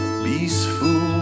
peaceful